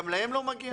גם להם לא מגיע?